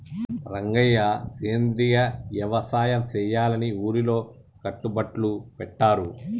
రంగయ్య సెంద్రియ యవసాయ సెయ్యాలని ఊరిలో కట్టుబట్లు పెట్టారు